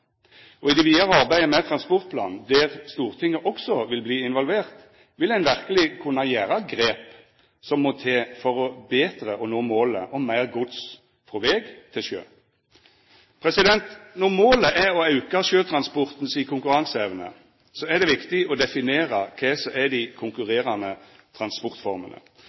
og i det vidare arbeidet med transportplanen – der Stortinget også vil verta involvert – vil ein verkeleg kunna gjera grep som må til for betre å nå målet om meir gods frå veg til sjø. Når målet er å auka sjøtransporten si konkurranseevne, er det viktig å definera kva som er dei konkurrerande transportformene